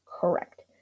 Correct